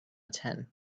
ten